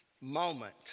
moment